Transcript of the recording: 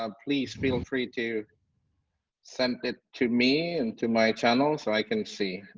ah please feel free to send it to me and to my channel so i can see.